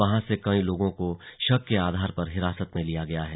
वहां से कई लागों के शक के आधर पर हिरासत में लिया गया है